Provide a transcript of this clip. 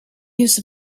use